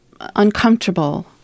uncomfortable